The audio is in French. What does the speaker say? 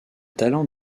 talents